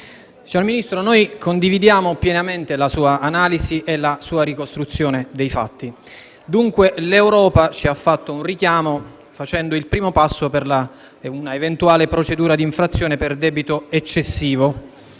signor Ministro, condividiamo pienamente la sua analisi e la sua ricostruzione dei fatti. L'Europa ci ha fatto un richiamo, facendo il primo passo per un'eventuale procedura di infrazione per debito eccessivo.